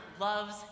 loves